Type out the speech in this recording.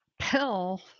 pill